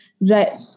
Right